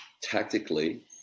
tactically